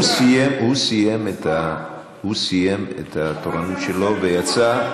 הוא סיים את התורנות שלו ויצא.